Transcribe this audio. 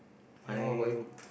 and what about you